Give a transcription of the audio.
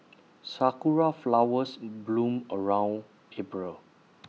Sakura Flowers bloom around April